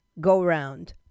go-round